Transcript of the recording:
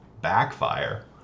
backfire